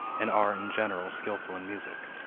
and are in general skilful in music.